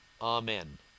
Amen